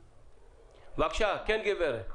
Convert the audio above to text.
בבקשה, גברתי.